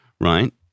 right